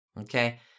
Okay